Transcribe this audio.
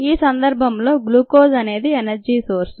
ఈ సందర్భంలో గ్లూకోజ్ అనేది ఎనర్జీ సోర్స్